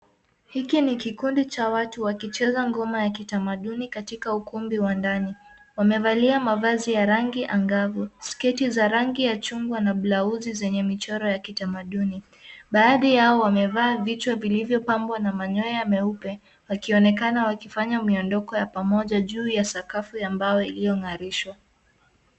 Hiki ni kikundi cha watu wakicheza ngoma ya kitamaduni katika ukumbi wa ndani. Wamevalia mavazi ya rangi angavu, sketi za rangi ya chungwa na blauzi zenye michoro ya kitamaduni. Baadhi yao wamevaa vichwa vilivyopambwa na manyoya meupe, wakionekana wakifanya miondoko ya pamoja juu ya sakafu ya mbao iliyong'arishwa.